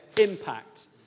impact